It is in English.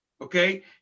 okay